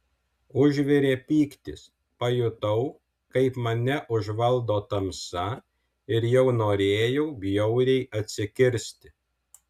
užvirė pyktis pajutau kaip mane užvaldo tamsa ir jau norėjau bjauriai atsikirsti